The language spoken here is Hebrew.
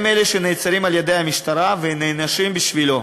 הם אלה שנעצרים על-ידי המשטרה ונענשים בשבילו.